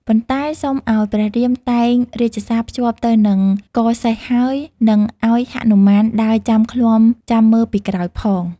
ប៉ុន្តែសុំឱ្យព្រះរាមតែង រាជសារភ្ជាប់ទៅនឹងកសេះហើយ និងឱ្យហនុមានដើរចាំឃ្លាំចាំមើលពីក្រោយផង។